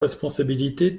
responsabilités